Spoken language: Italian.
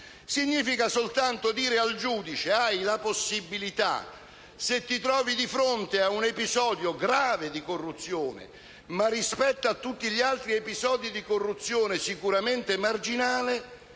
significa soltanto dire al giudice che, di fronte ad un episodio grave di corruzione, ma rispetto a tutti gli altri episodi di corruzione sicuramente marginale,